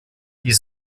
die